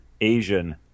Asian